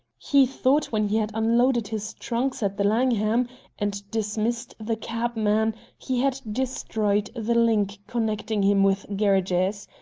he thought when he had unloaded his trunks at the langham and dismissed the cabman he had destroyed the link connecting him with gerridge's.